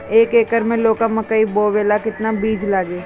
एक एकर मे लौका मकई बोवे ला कितना बिज लागी?